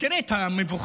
תראה את המבוכה,